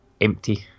empty